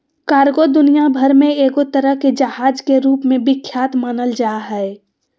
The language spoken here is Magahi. कार्गो दुनिया भर मे एगो तरह के जहाज के रूप मे विख्यात मानल जा हय